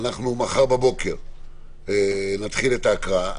מחר בבוקר נתחיל את ההקראה.